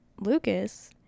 Lucas